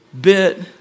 bit